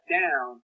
down